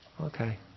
Okay